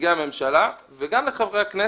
לנציגי הממשלה וגם לחברי הכנסת,